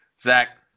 Zach